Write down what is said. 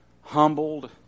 humbled